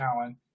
Allen